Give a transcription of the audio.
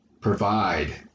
provide